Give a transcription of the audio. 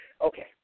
Okay